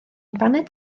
baned